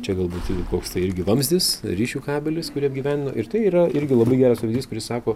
čia galbūt koks tai irgi vamzdis ryšių kabelis kurį apgyvendino ir tai yra irgi labai geras pavyzdys kuris sako